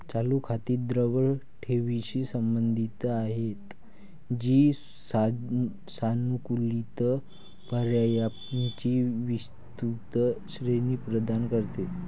चालू खाती द्रव ठेवींशी संबंधित आहेत, जी सानुकूलित पर्यायांची विस्तृत श्रेणी प्रदान करते